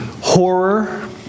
Horror